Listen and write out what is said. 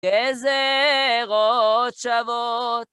גזירות שוות